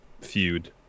feud